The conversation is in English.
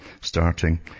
starting